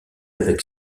avec